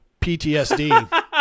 PTSD